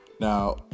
Now